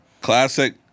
Classic